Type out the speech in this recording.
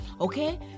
Okay